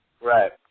Right